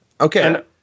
Okay